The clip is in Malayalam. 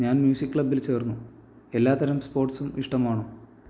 ഞാൻ മ്യൂസിക് ക്ലബ്ബിൽ ചേർന്നു എല്ലാത്തരം സ്പോർട്സും ഇഷ്ടമാണോ